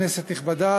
כנסת נכבדה,